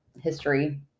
history